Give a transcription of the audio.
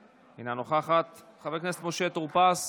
אינה נוכחת, חבר הכנסת משה טור פז,